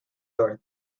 north